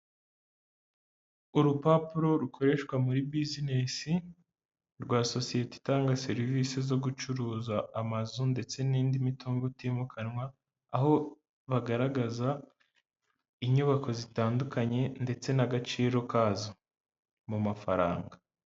Urupapuro rukoreshwa muri bizinesi rwa sosiyete itanga serivisi zo gucuruza amazu ndetse n'indi mitungo itimukanwa, aho bagaragaza inyubako zitandukanye ndetse n'agaciro kazo mu mafaranga.